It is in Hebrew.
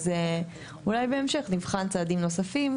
אז אולי בהמשך נבחן צעדים נוספים.